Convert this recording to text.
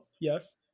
Yes